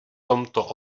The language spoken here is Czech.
tomto